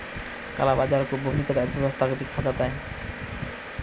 काला बाजार को भूमिगत अर्थव्यवस्था भी कहते हैं